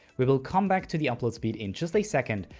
we will come back to the upload speed in just a second!